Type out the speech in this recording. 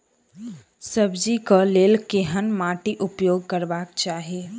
सब्जी कऽ लेल केहन माटि उपयोग करबाक चाहि?